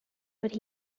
but